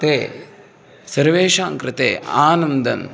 ते सर्वेषां कृते आनन्दम्